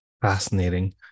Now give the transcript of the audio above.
fascinating